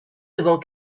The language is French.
devant